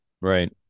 Right